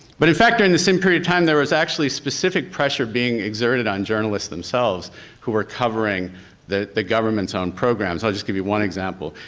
but in fact during the same period of time, there was actually specific pressure being exerted on journalist themselves who were covering the the governments on program, so i'll just give you one example.